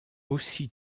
aussi